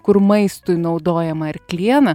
kur maistui naudojama arkliena